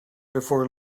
before